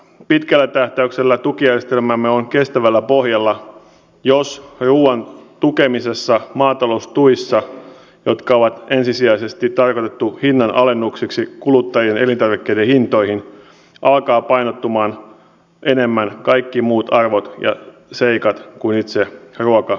n pitkällä tähtäyksellä tukijärjestelmämme on kestävällä pohjalla jos ruuan tukemisessa maataloustuissa jotka ovat ensisijaisesti tarttuu hinnanalennukseksi kuluttajien elintarvikkeiden hintoihin palkkapainottumaan enemmän kaikki muut arvot ja seikat kuin itse ruoka